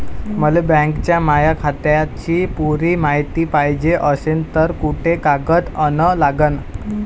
मले बँकेच्या माया खात्याची पुरी मायती पायजे अशील तर कुंते कागद अन लागन?